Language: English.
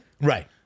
Right